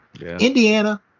Indiana